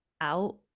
out